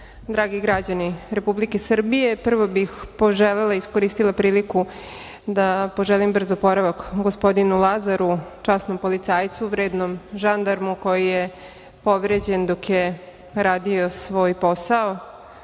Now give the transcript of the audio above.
dragi građani Republike Srbije, prvo bih poželela i iskoristila priliku da poželim brz oporavak gospodinu Lazaru, časnom policajcu, vrednom žandarmu koji je povređen dok je radio svoj posao,